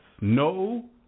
No